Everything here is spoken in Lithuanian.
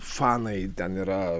fanai ten yra